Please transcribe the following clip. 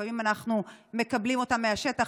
לפעמים אנחנו מקבלים אותה מהשטח,